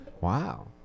Wow